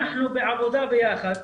אנחנו בעבודה ביחד,